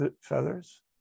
feathers